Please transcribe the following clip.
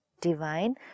divine